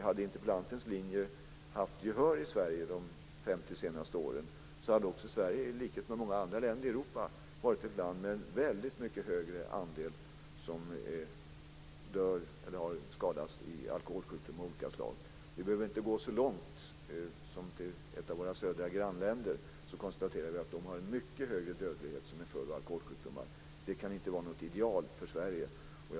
Hade interpellantens linje haft gehör i Sverige under de senaste 50 åren hade Sverige i likhet med många andra länder i Europa varit ett land med en mycket högre andel av befolkningen som dör i eller drabbas av alkoholsjukdomar av olika slag. Vi behöver inte gå längre än till ett av våra södra grannländer för att se att man där har mycket högre dödlighet som en följd av alkoholsjukdomar. Det kan inte vara ett ideal för Sverige.